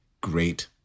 great